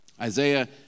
Isaiah